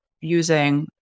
using